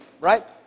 Right